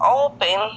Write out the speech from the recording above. open